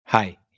Hi